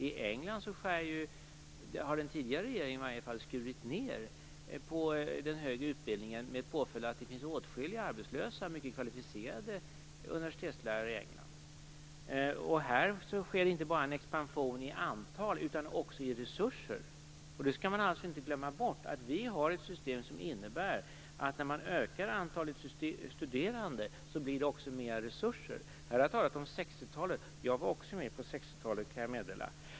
I England har i varje fall den tidigare regeringen skurit ned på den högre utbildningen, med påföljd att det finns åtskilliga arbetslösa mycket kvalificerade universitetslärare i England. Här sker inte bara en expansion i antal utan också i resurser. Det skall man inte glömma bort. Vi har ett system som innebär att när man ökar antalet studerande så blir det också mer resurser. Här har talats om 60-talet. Jag var också med på 60-talet, kan jag meddela.